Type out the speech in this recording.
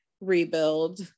rebuild